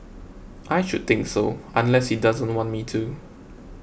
I should think so unless he doesn't want me to